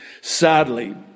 Sadly